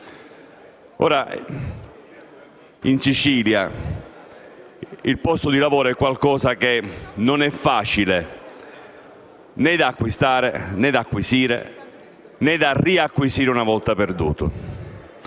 In Sicilia il posto di lavoro è qualcosa non facile né da acquistare, né da acquisire, né da riacquisire una volta perduto.